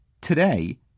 Today